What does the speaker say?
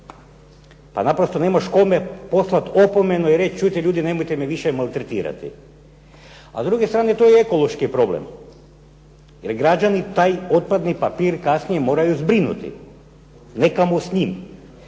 Pa naprosto nemaš kome poslat opomenu i reći čujte ljudi nemojte me više maltretirati. A s druge strane to je ekološki problem jer građani taj otpadni papir kasnije moraju zbrinuti nekamo s njim.